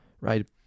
right